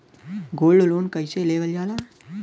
Gold loan कईसे लेवल जा ला?